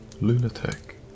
lunatic